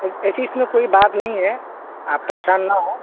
ایسی اس میں کوئی بات نہیں ہے آپ پریشان نہ ہوں